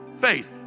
faith